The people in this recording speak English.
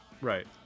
Right